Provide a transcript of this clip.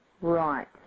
right